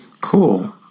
Cool